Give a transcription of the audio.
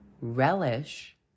relish